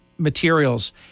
Materials